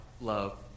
love